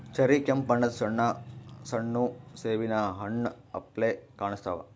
cherry ಕೆಂಪ್ ಬಣ್ಣದ್ ಸಣ್ಣ ಸಣ್ಣು ಸೇಬಿನ್ ಹಣ್ಣ್ ಅಪ್ಲೆ ಕಾಣಸ್ತಾವ್